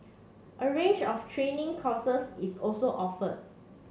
a range of training courses is also offered